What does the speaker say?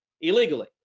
illegally